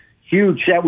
Huge